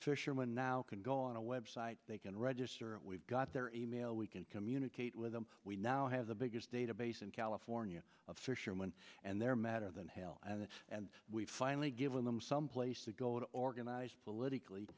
fisherman now can go on a website they can register and we've got their e mail we can communicate with them we now have the biggest database in california of fisherman and their matter than hell and that and we've finally given them some place to go to organize politically